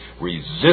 Resist